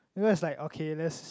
because is like okay let's